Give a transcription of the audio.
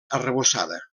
arrebossada